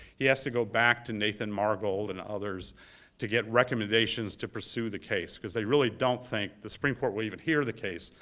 he has to go back to nathan margold and others to get recommendations to pursue the case, because they really don't think the supreme court will even hear the case,